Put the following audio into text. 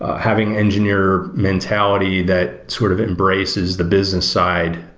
having engineer mentality that sort of embraces the business side,